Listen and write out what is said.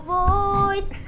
voice